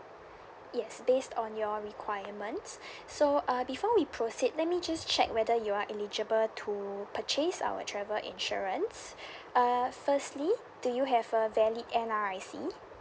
yes based on your requirement so uh before we proceed let me just check whether you are eligible to purchase our travel insurance uh firstly do you have a valid N_R_I_C